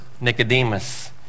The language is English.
Nicodemus